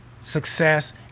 success